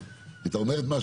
שהיא הייתה אומרת משהו,